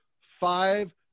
five